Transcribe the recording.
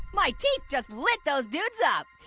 my teeth just lit those dudes up.